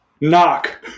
Knock